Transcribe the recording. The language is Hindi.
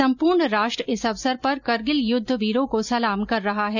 संपूर्ण राष्ट्र इस अवसर पर करगिल युद्ध वीरों को सलाम कर रहा है